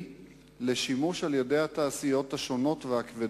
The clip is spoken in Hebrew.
לשימוש על-ידי התעשיות השונות והכבדות,